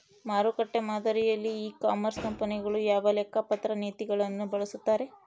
ಮಾರುಕಟ್ಟೆ ಮಾದರಿಯಲ್ಲಿ e commerce ಕಂಪನಿಗಳು ಯಾವ ಲೆಕ್ಕಪತ್ರ ನೇತಿಗಳನ್ನು ಬಳಸುತ್ತಾರೆ?